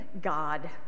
God